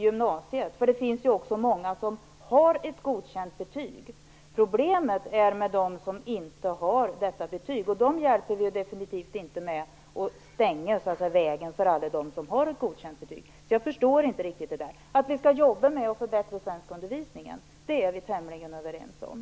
Det finns ju också många som har ett godkänt betyg. Problemet är de som inte har detta betyg. Dem hjälper vi ju definitivt inte genom att stänga vägen för alla dem som har ett godkänt betyg. Jag förstår inte riktigt detta. Vi är tämligen överens om att vi skall jobba med att förbättra svenskundervisningen.